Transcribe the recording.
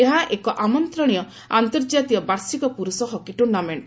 ଏହା ଏକ ଆମନ୍ତ୍ରଣୀୟ ଆନ୍ତର୍ଜାତିୟ ବାର୍ଷିକ ପୁରୁଷ ହକି ଟୁର୍ଣ୍ଣାମେଣ୍ଟ